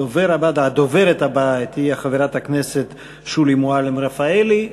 הדוברת הבאה תהיה חברת הכנסת שולי מועלם-רפאלי,